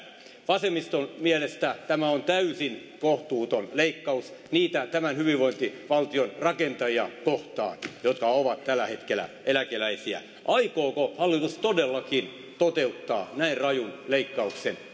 vasemmiston mielestä tämä on täysin kohtuuton leikkaus niitä tämän hyvinvointivaltion rakentajia kohtaan jotka ovat tällä hetkellä eläkeläisiä aikooko hallitus todellakin toteuttaa näin rajun leikkauksen